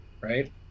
right